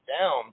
down